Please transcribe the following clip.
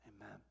Amen